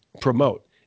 promote